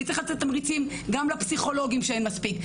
וצריך לתת תמריצים גם לפסיכולוגים שאין מספיק.